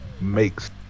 makes